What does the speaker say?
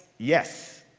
yes.